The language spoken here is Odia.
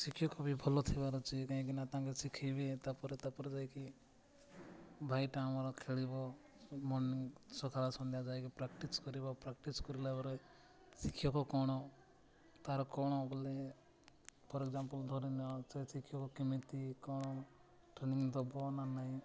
ଶିକ୍ଷକ ବି ଭଲ ଥିବାର ଅଛି କାହିଁକି ନା ତାଙ୍କୁ ଶିଖେଇିବ ତାପରେ ତାପରେ ଯାଇକି ଭାଇଟା ଆମର ଖେଳିବ ମର୍ନିଙ୍ଗ ସକାଳ ସନ୍ଧ୍ୟା ଯାଇକି ପ୍ରାକ୍ଟିସ୍ କରିବ ପ୍ରାକ୍ଟିସ୍ କରିଲା ପରେ ଶିକ୍ଷକ କ'ଣ ତାର କ'ଣ ବୋଲେ ଫର ଏକ୍ଜାମ୍ପଲ୍ ଧରିନିଅ ସେ ଶିକ୍ଷକ କେମିତି କ'ଣ ଟ୍ରେନିଂ ଦେବ ନା ନାଇଁ